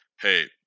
Hey